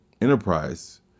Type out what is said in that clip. enterprise